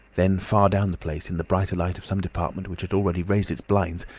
then far down the place, in the brighter light of some department which had already raised its blinds,